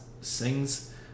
sings